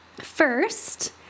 first